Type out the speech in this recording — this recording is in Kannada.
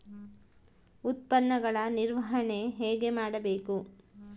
ಉತ್ಪನ್ನಗಳ ನಿರ್ವಹಣೆ ಹೇಗೆ ಮಾಡಬೇಕು?